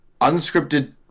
Unscripted